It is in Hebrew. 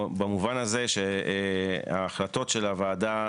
במובן הזה שההחלטות של הוועדה,